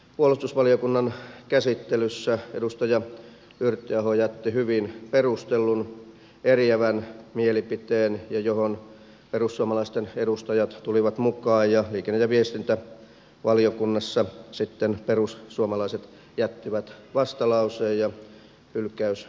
puolustusvaliokunnan käsittelyssä edustaja yrttiaho jätti hyvin perustellun eriävän mielipiteen johon perussuomalaisten edustajat tulivat mukaan ja liikenne ja viestintävaliokunnassa sitten perussuomalaiset jättivät vastalauseen ja hylkäysesityksen